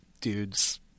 dudes